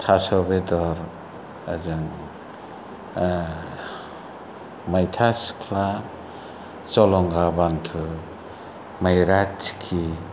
थास' बेदर ओजों ओह मैथा सिख्ला जलंगा बानथु मैरा थिखि